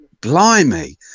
blimey